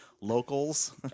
locals